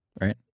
right